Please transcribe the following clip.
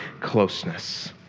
closeness